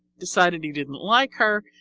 decided he didn't like her,